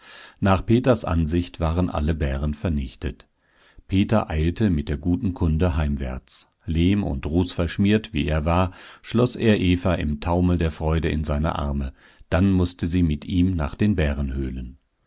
nach peters ansicht waren alle bären vernichtet peter eilte mit der guten kunde heimwärts lehm und rußverschmiert wie er war schloß er eva im taumel der freude in seine arme dann mußte sie mit ihm nach den